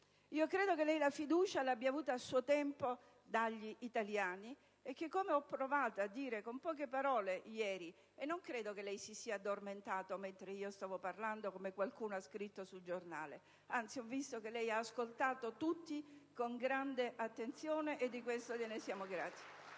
Credo che lei la fiducia l'abbia avuta a suo tempo dagli italiani, come ho provato a dire in poche parole ieri. Tra l'altro, non credo che lei si sia addormentato mentre stavo parlando, come qualcuno ha scritto sui giornali. Anzi ho visto che lei ha ascoltato tutti con grande attenzione e di questo gliene siamo grati.